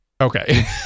okay